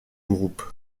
groupe